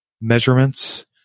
measurements